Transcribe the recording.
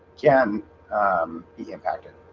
can be impacted